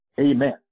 Amen